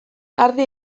ardi